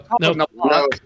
No